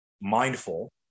mindful